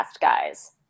guys